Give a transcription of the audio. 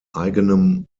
eigenem